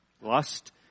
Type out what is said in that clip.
lust